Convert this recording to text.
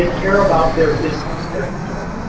and care about their business, their enterprise.